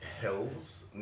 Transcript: hills